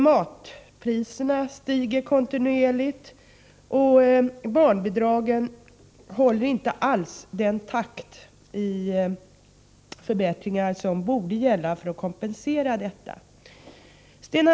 Matpriserna stiger kontinuerligt, och barnbidragen håller inte alls den förbättringstakt som krävs för att kompensera dessa ökningar.